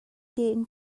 tein